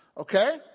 Okay